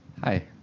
Hi